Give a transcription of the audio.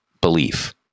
belief